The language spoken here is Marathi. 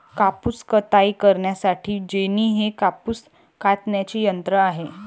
कापूस कताई करण्यासाठी जेनी हे कापूस कातण्याचे यंत्र आहे